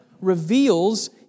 reveals